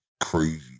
crazy